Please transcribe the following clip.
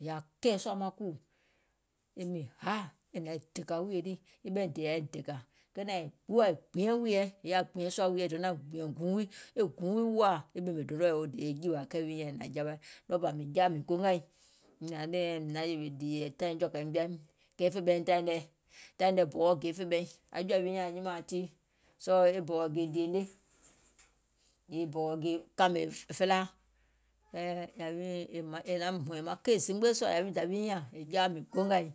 è yaȧ kɛ̀ɛ̀ sùȧ maŋ kùù e miŋ haȧ e hnȧŋ dèkȧ wùìyè lii e ɓɛìŋ dèyȧ dèkȧ, è gbuwȧ gbinyɛŋ wùìyèɛ è yaȧ gbìȧŋ sùȧ wùiyèɛ, è yaȧ gbìȧŋ sùȧ guuŋ wiiŋ wɔŋ guuŋ wiiŋ wòȧ, e ɓèmè donoɔ̀ yoo dè e jìwȧ kɛì wi nyȧŋ e hnȧŋ jawa, ɗɔɔbȧ mìŋ jaȧ mìŋ gongȧiŋ, mìȧŋ nɛ̀ɛŋ mìŋ naŋ yèwè dìì tȧìŋ jɔ̀ȧkȧiŋ jɔaim kɛɛ fè ɓɛìŋ taìŋ nɛɛ̀, taìŋ nɛɛ̀ bɔwɔ ge fè ɓɛìŋ, aŋ jɔ̀ȧ nyȧŋ nyimȧȧŋ tii, sɔɔ̀ e bɔ̀wɔ̀ gè dìène, yèè bɔ̀wɔ̀ gè kȧmè felaa, kɛɛ yȧwi nyɛɛ̀ŋ è naŋ hɔ̀ɛ̀ŋ maŋ keì zimgbe sùȧ yȧwi dȧwiim nyȧŋ mìŋ jaȧ mìŋ gongàiŋ, mìŋ gongȧiŋ,